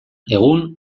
egun